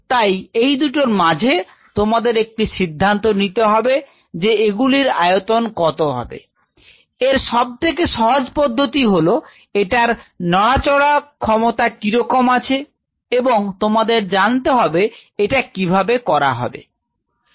তাই এই দুটোর মাঝে তোমাদের একটি সিদ্ধান্ত নিতে হবে যে এগুলির আয়তন কত হবে এর সব থেকে সহজ পদ্ধতি হলো এটার নড়াচড়ার ক্ষমতা কিরকম আছে এবং তোমাদের জানতে হবে এটা কিভাবে করা হবে